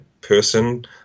person